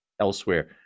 elsewhere